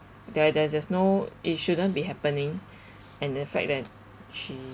there there's there's no it shouldn't be happening and the fact that she